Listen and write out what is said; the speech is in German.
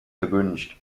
erwünscht